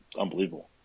unbelievable